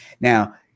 Now